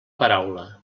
paraula